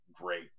great